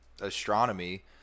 astronomy